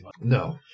no